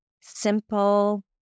simple